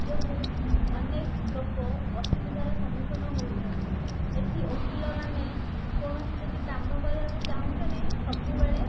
ଯୋଗୁଁ ଅନେକ ଲୋକ ଅସୁବିଧାର ସମ୍ମୁଖୀନ ହେଉଛନ୍ତି ଏଠି ଓକିଲମାନେ କୌଣସି ଯଦି କାମ କରିବାକୁ ଚାହୁଁଛନ୍ତି ସବୁବେଳେ